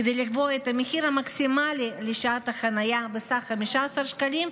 כדי לקבוע את המחיר המקסימלי לשעת החניה בסך 15 שקלים,